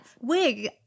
Wig